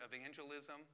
evangelism